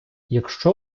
якщо